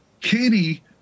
Katie